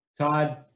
todd